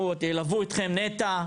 ילוו אתכם נת"ע,